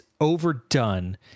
overdone